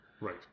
Right